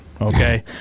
okay